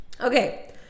Okay